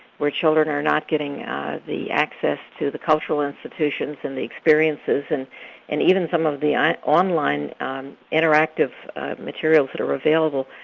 where children are not getting the access to the cultural institutions and the experiences, and and even some of the online interactive materials that are available.